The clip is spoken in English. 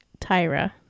Tyra